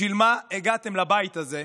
בשביל מה הגעתם לבית הזה,